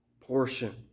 portion